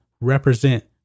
represent